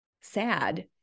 sad